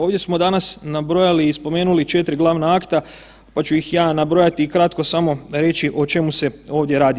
Ovdje smo danas nabrojali i spomenuli 4 glavna akta, pa ću ih ja nabrojati i kratko samo reći o čemu se ovdje radi.